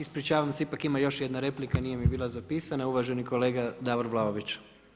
Ispričavam se ipak ima još jedna replika, nije mi bila zapisana uvaženi kolega Davor Vlaović.